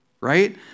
Right